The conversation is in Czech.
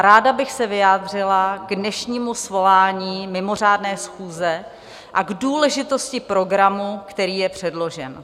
Ráda bych se vyjádřila k dnešnímu svolání mimořádné schůze a k důležitosti programu, který je předložen.